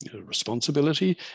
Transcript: Responsibility